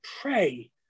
pray